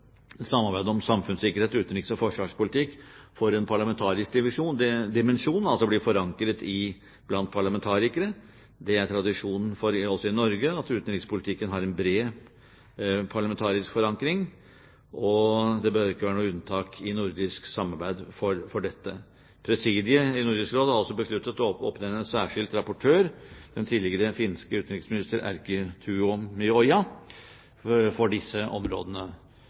samarbeidet om samfunnssikkerhet, utenriks- og forsvarspolitikk får en parlamentarisk dimensjon, altså blir forankret blant parlamentarikere. Det er det tradisjon for også i Norge, at utenrikspolitikken har en bred parlamentarisk forankring, og det behøver ikke være noe unntak i nordisk samarbeid for dette. Presidiet i Nordisk Råd har også besluttet å oppnevne en særskilt rapportør, den tidligere finske utenriksminister Erkki Tuomioja, for disse områdene.